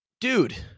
Dude